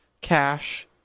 cash